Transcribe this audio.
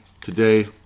today